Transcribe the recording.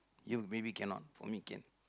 you maybe cannot for me can